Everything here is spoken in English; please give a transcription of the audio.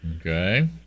Okay